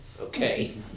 Okay